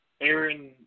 aaron